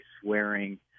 swearing